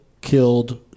Killed